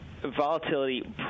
volatility